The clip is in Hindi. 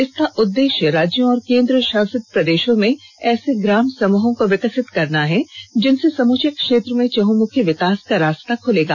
इसका उद्देश्य राज्यों और केन्द्रशासित प्रदेशों में ऐसे ग्राम समूहों को विकसित करना है जिनसे समूचे क्षेत्र में चहुमुखी विकास का रास्ता खुलेगा